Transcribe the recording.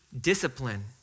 discipline